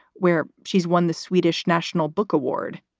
where she's won the swedish national book award.